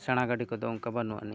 ᱥᱮᱬᱟ ᱜᱟᱹᱰᱤ ᱠᱚᱫᱚ ᱚᱱᱠᱟ ᱵᱟᱹᱱᱩᱜ ᱟᱹᱱᱤᱡ